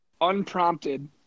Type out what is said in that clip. unprompted